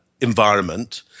environment